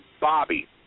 Bobby